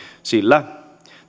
sillä